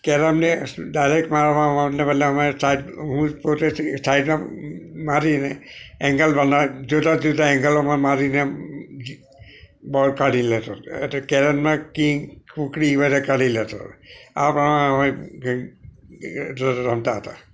કેરમને direct મારવાના બદલે અમે ચાર્જ હું જ પોતે એ સાઈડમાં મારીને એંગલ બનાવે જુદા જુદા એંગલોમાં મારીને બોલ કાઢી લેતો એટલે કેરમમાં કિંગ કુકડી એ બધા કાઢી લેતો હતો આ પ્રમાણે અમે તે રમતા હતા